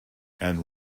and